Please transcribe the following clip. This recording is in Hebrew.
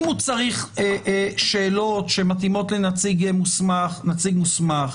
אם הוא צריך שאלות שמתאימות לנציג מוסמך נציג מוסמך.